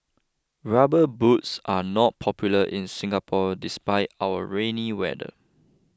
rubber boots are not popular in Singapore despite our rainy weather